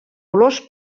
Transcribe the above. olors